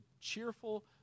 cheerful